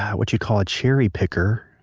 what you call a cherry picker,